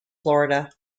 florida